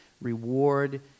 reward